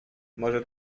może